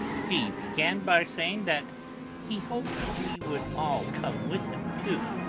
he began by saying that he hoped we would all come with him too,